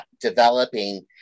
developing